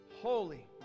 holy